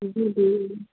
जी